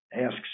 asks